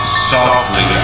softly